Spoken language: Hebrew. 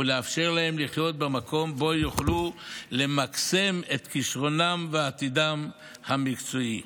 ולאפשר להם לחיות במקום שבו יוכלו למקסם את כישרונם ועתידם המקצועי.